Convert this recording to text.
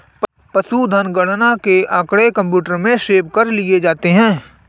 पशुधन गणना के आँकड़े कंप्यूटर में सेव कर लिए जाते हैं